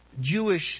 Jewish